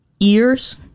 ears